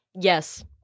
yes